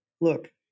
look